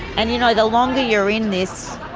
and you know the longer you're in this,